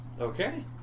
Okay